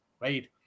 right